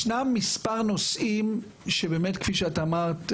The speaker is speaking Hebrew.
ישנם מספר נושאים שכפי שאמרת,